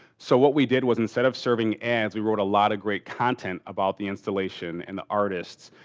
so what we did was instead of serving ads we wrote a lot of great content about the installation and the artists.